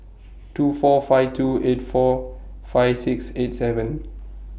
two four five two eight four five six eight seven